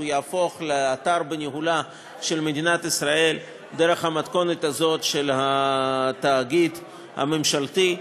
שהוא יהפוך לאתר בניהולה של מדינת ישראל במתכונת הזאת של תאגיד ממשלתי.